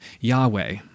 Yahweh